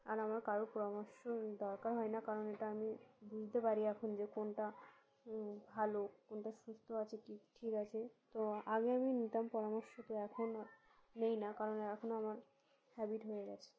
আর আমার কারোর পরামর্শ দরকার হয় না কারণ এটা আমি বুঝতে পারি এখন যে কোনটা ভালো কোনটা সুস্থ আছে কি ঠিক আছে তো আগে আমি নিতাম পরামর্শ তো এখন আর নেই না কারণ এখন আমার হ্যাবিট হয়ে গিয়েছে